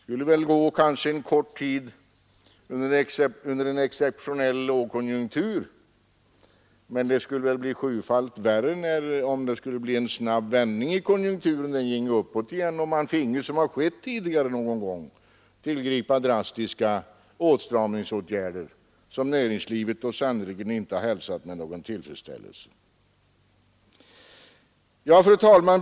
Det skulle kanske gå en kort tid under en exceptionell lågkonjunktur, men det skulle väl bli sjufalt värre om det bleve en snabb vändning av konjunkturen, så att den ginge uppåt igen och man finge — vilket har skett tidigare någon gång — tillgripa drastiska åtstramningsåtgärder, som näringslivet sannerligen inte har hälsat med någon tillfredsställelse. Fru talman!